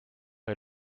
est